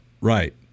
Right